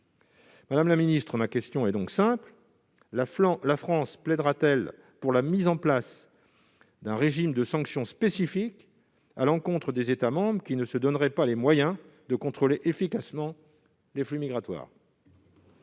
Madame la ministre, ma question est simple : la France plaidera-t-elle pour la mise en place d'un régime de sanctions spécifiques à l'encontre des États qui ne se donneraient pas les moyens de contrôler efficacement les flux migratoires ?